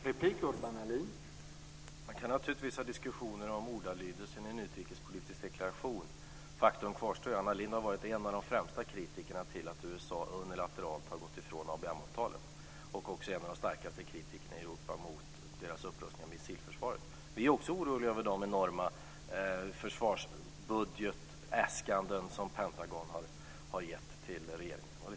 Herr talman! Man kan naturligtvis ha diskussioner om ordalydelsen i en utrikespolitisk deklaration. Faktum kvarstår att Anna Lindh har varit en av de främsta kritikerna av att USA unilateralt har gått ifrån ABM-avtalet. Hon är också en av de starkaste kritikerna i Europa mot deras upprustning av missilförsvaret. Vi är också oroliga över de enorma försvarsbudgetäskanden som Pentagon har gett till regeringen.